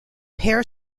pair